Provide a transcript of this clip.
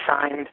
signed